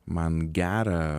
man gera